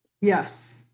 Yes